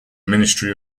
ministry